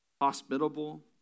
hospitable